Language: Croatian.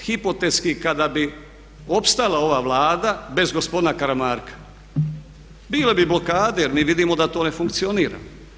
Hipotetski kada bi opstala ova Vlada bez gospodina Karamarka bile bi blokade jer mi vidimo da to ne funkcionira.